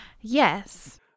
Yes